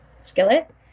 skillet